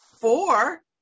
four